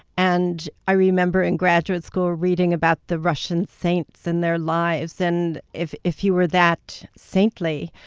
and i remember in graduate school reading about the russian saints and their lives. and if if you were that saintly,